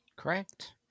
Correct